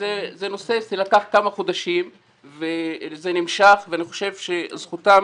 זה נושא שלקח כמה חודשים והוא נמשך ואני חושב שזכותם